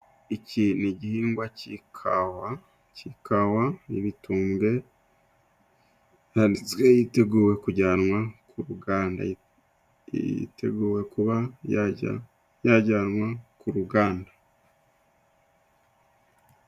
Iki ni igihingwa cy'ikawa, cy'ikawa, ni ibitumbe hanitswe yiteguwe kujyanwa ku ruganda, hiteguwe kuba yajya yajyanwa ku ruganda.